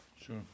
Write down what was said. Sure